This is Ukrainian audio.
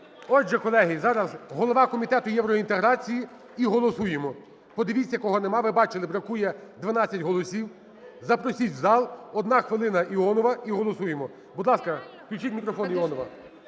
Отже, колеги, зараз голова Комітету євроінтеграції і голосуємо. Подивіться, кого немає. Ви бачили, бракує 12 голосів. Запросіть в зал. Одна хвилина, Іонова і голосуємо. Будь ласка, включіть мікрофон, Іонова.